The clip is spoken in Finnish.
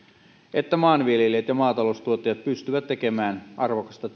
että maanviljelijät ja maataloustuottajat pystyvät tekemään arvokasta